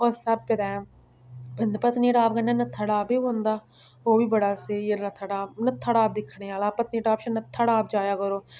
ओस स्हाबै दा ऐ बिंद पत्नीटाप कन्नै नत्थाटॉप बी पौंदा ओह् बी बड़ा स्हेई ऐ नत्थाटॉप नत्थाटॉप दिक्खने आह्ला पत्नीटॉप शा नत्थाटॉप जाया करो